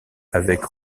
avec